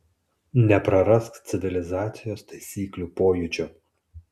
neprarask civilizacijos taisyklių pojūčio